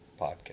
Podcast